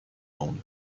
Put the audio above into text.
monde